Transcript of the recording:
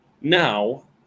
Now